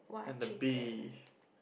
and the beef